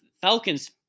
Falcons